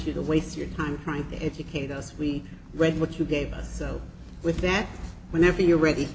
you to waste your time trying to educate us we read what you gave us so with that whenever you're ready